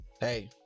Hey